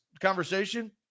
conversation